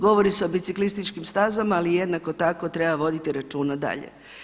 Govori se o biciklističkim stazama, ali jednako tako treba voditi računa dalje.